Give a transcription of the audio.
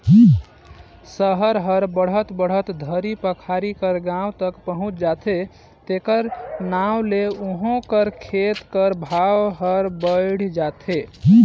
सहर हर बढ़त बढ़त घरी पखारी कर गाँव तक पहुंच जाथे तेकर नांव ले उहों कर खेत कर भाव हर बइढ़ जाथे